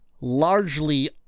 largely